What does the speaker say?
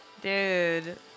Dude